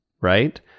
right